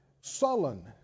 sullen